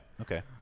Okay